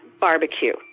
barbecue